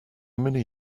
many